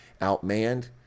outmanned